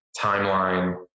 timeline